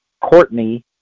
Courtney